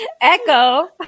Echo